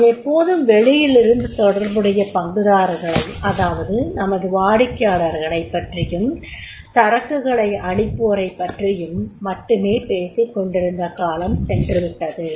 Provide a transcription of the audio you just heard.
நாம் எப்போதும் வெளியில் இருந்து தொடர்புடைய பங்குதாரர்களை அதாவது நமது வாடிக்கையாளர்களைப் பற்றியும் சரக்குகளை அளிப்போறைப் பற்றி மட்டுமே பேசிக்கொண்டிருந்த காலம் சென்றுவிட்டது